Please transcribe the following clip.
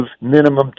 minimum